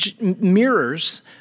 mirrors